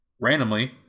randomly